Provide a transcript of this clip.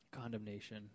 condemnation